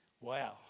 Wow